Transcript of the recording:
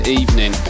evening